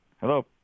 Hello